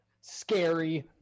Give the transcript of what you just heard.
scary